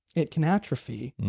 it can atrophy.